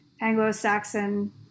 Anglo-Saxon